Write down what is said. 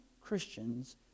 Christians